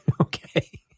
Okay